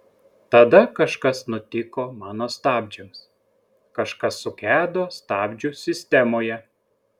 tada kažkas nutiko mano stabdžiams kažkas sugedo stabdžių sistemoje